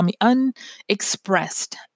unexpressed